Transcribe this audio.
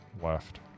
left